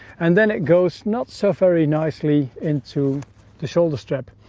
and then it goes not so very nicely into the shoulder strap.